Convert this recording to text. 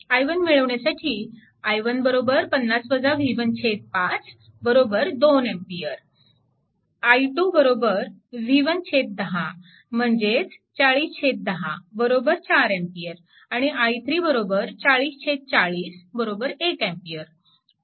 i1 मिळवण्यासाठी i1 5 2A i2 v1 10 म्हणजेच 4010 4A आणि i3 40 40 1A